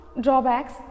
drawbacks